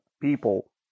people